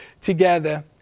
together